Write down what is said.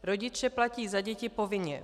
Rodiče platí za děti povinně.